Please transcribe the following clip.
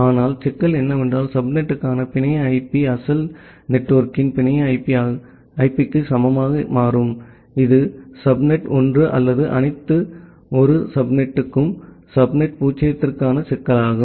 ஆனால் சிக்கல் என்னவென்றால் சப்நெட்டுக்கான பிணைய ஐபி அசல் நெட்வொர்க்கின் பிணைய ஐபிக்கு சமமாக மாறும் இது சப்நெட் ஒன்று அல்லது அனைத்து ஒரு சப்நெட்டுக்கும் சப்நெட் பூஜ்ஜியத்திற்கான சிக்கலாகும்